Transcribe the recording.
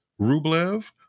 Rublev